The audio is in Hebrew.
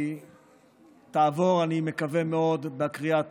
היא תעבור, אני מקווה מאוד, בקריאה הטרומית,